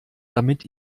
damit